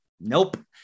Nope